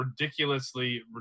ridiculously